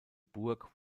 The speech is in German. burg